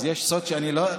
אז יש סוד שאני לא,